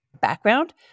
background